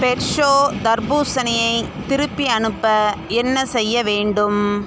ஃப்ரெஷோ தர்பூசணியை திருப்பி அனுப்ப என்ன செய்ய வேண்டும்